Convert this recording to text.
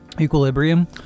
equilibrium